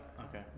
okay